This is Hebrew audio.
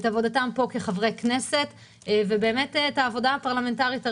את עבודתם כחברי כנסת ואת העבודה הפרלמנטרית הראויה.